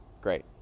Great